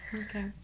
Okay